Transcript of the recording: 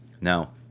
Now